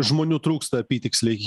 žmonių trūksta apytiksliai